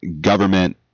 government